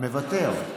מוותר?